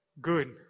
Good